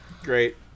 Great